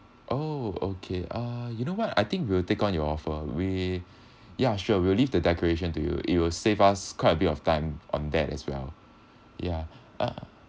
oh okay uh you know what I think we'll take on your offer we yeah sure we'll leave the decoration to you it will save us quite a bit of time on that as well ya uh